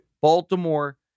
Baltimore